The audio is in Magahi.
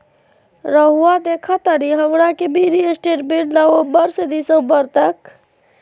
रहुआ देखतानी हमरा के मिनी स्टेटमेंट नवंबर से दिसंबर तक?